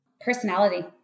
Personality